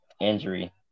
injury